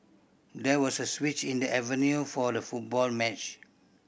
there was a switch in the venue for the football match